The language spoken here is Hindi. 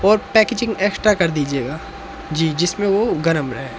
और पैकेजिंग एक्स्ट्रा कर दीजिएगा जी जिसमें वो गरम रहे